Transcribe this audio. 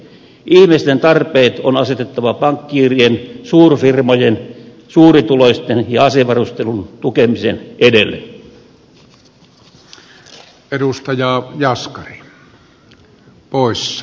ihmisten tarpeet on asetettava pankkiirien suurfirmojen suurituloisten ja asevarustelun tukemisen edelle